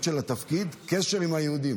קשר עם היהודים.